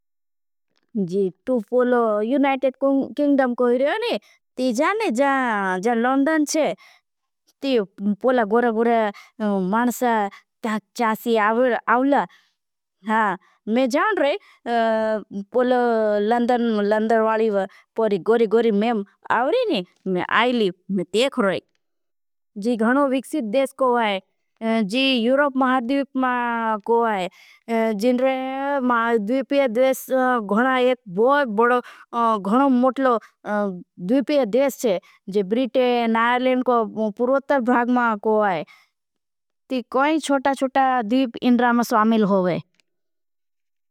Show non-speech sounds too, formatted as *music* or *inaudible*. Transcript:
तू पोलो United Kingdom को है नी ती जाने जान जान लंडन छे। ती पोला गड़ा गड़ा मानसा चासी *hesitation* आवला हाँ। में जान रहे पोलो लंडन लंडर वालीव पड़ी गड़ी गड़ी में आवली नी। में आयली में तेख रहे जी घणो विक्षित देश को है जी यूरोप महाडीप। मा को है जी महाडीपय देश घणा एक बहुत बड़ो घणो मोटलो। *hesitation* दीपय देश छे जी बृते, नायलेन को पुरुवत्तर। भ्राग मा को है ती कोई छोटा-छोटा दीप इंड्रा में स्वामिल हो वैं।